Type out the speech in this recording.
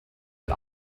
but